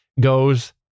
goes